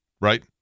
right